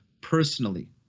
personally